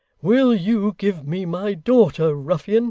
will you give me my daughter, ruffian